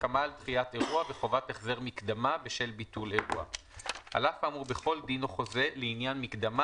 הסכמה על דחיית אירוע 2. על אף האמור בכל דין או חוזה לעניין מקדמה